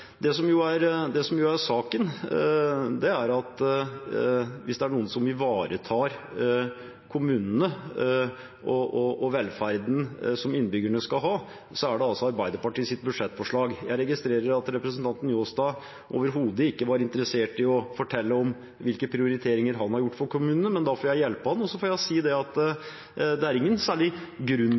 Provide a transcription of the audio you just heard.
Det som er saken, er at hvis det er noen som ivaretar kommunene og velferden som innbyggerne skal ha, så er det Arbeiderpartiets budsjettforslag. Jeg registrerer at representanten Njåstad overhodet ikke var interessert i å fortelle om hvilke prioriteringer han har gjort for kommunene, men da får jeg hjelpe ham og si at det er ingen særlig grunn